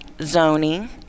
zoning